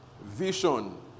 vision